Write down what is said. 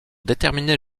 déterminer